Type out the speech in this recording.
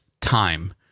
time